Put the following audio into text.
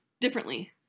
differently